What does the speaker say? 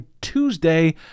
Tuesday